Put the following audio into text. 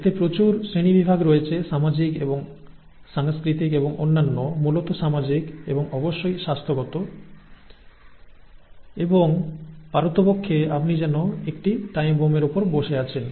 এতে প্রচুর শ্রেণীবিভাগ রয়েছে সামাজিক এবং সাংস্কৃতিক এবং অন্যান্য মূলত সামাজিক এবং অবশ্যই স্বাস্থ্যগত এবং পারতপক্ষে আপনি যেন একটি টাইম বোমের উপর বসে আছেন